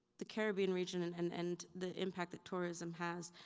the caribbean region and and and the impact that tourism has,